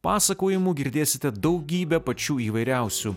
pasakojimų girdėsite daugybę pačių įvairiausių